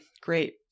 great